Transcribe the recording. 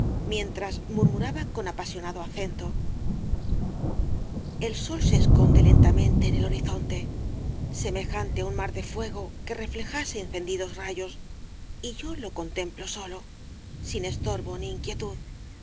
mientras murmuraba con apasionado acento el sol se esconde lentamente en el horizonte semejante á un mar de fuego que reflejase encendidos rayos y yo lo contemplo solo sin estorbo ni inquietud